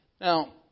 Now